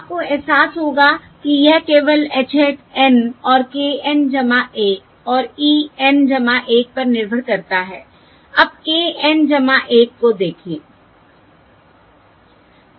आपको एहसास होगा कि यह केवल h hat N और k N 1 और e N 1 पर निर्भर करता है अब k N 1 को देखें